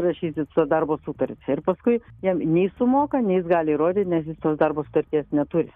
rašytis tą darbo sutartį ir paskui jam nei sumoka nei jis gali įrodyti nes jis tos darbo sutarties neturi